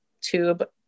tube